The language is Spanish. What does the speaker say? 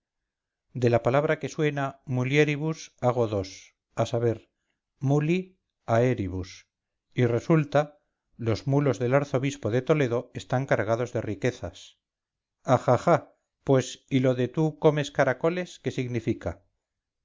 de la palabra que suena mulieribus hago dos a saber muli ribus y resulta los mulos del arzobispo de toledo están cargados de riquezas ajajá pues y lo de tú comes caracoles qué significa